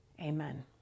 Amen